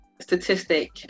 statistic